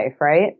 right